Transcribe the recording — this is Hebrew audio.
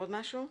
עוד משהו?